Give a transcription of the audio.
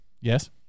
yes